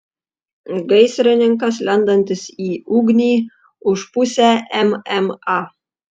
gaisrininkas lendantis į ugnį už pusę mma